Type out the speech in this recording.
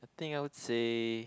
I think I would say